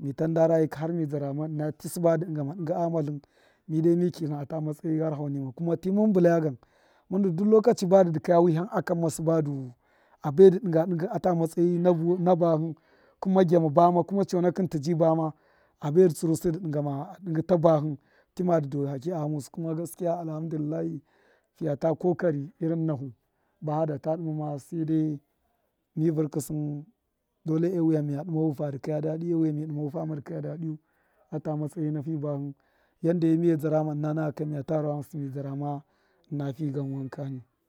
mi tan ndarayi ka har ma zdarama ṫna suba dṫ dṫngame dṫnga ghama tlṫn mi dai mi ki tlṫna ta matsayi na gharaho nima kuma ti mun bulaya gam mun du duk lokachi ba dṫ dukoya wiham akamme suba du a bai du dṫnga dṫngṫ a la matsayi nusṫ na bahṫ kuma gyama bama kuma chonakṫn ti ji bama a bai du tsṫrusu dṫ dṫngame dṫngṫ ta bahṫ tima dṫ daire haki a ghamusu kuma gaskiya alhamdulillahi ta ta korari irin nusu, bahada taɗim sai dai mi vṫrkṫsṫn dole ewiyer miya dṫma hu fad aha piya tṫ ma chra fama daha pṫyatṫ mau ata masayi na fi bahṫi yanda emiye zderama ina nakaka miya dṫma kokari mi zdara ma ṫna fi gan mankaka ni.